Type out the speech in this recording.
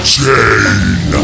chain